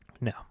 No